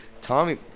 Tommy